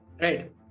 right